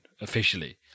officially